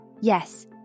Yes